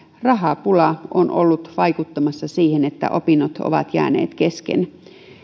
rahapula on ollut vaikuttamassa siihen että opinnot ovat jääneet kesken